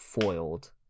foiled